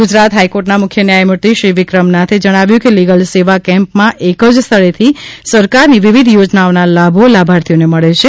ગુજરાત હાઈકોર્ટના મુખ્ય ન્યાયમૂર્તિ શ્રી વિક્રમ નાથે જણાવ્યું કે લીગલ સેવા કેમ્પમાં એક જ સ્થળેથી સરકારની વિવિધ યોજનાઓના લાભો લાભાર્થીઓને મળે છે